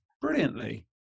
brilliantly